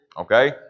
Okay